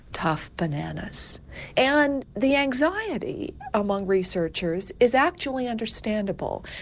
tough bananas and the anxiety among researchers is actually understandable,